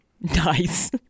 Nice